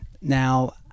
Now